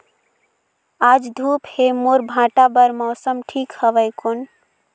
आज धूप हे मोर भांटा बार मौसम ठीक हवय कौन?